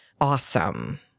Awesome